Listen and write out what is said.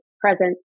present